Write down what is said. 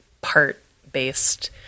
part-based